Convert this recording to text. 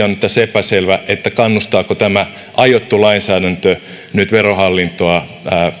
on nyt tässä epäselvä kannustaako tämä aiottu lainsäädäntö nyt verohallintoa